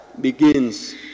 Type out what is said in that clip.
begins